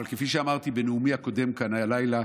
אבל כפי שאמרתי בנאומי הקודם כאן הלילה,